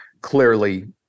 clearly